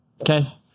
Okay